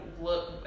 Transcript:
look